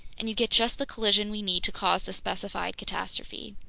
and you get just the collision we need to cause the specified catastrophe.